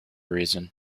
reason